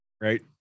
right